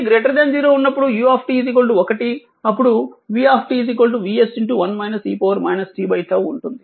t 0 ఉన్నప్పుడు u 1 అప్పుడు v VS 1 e t𝝉 ఉంటుంది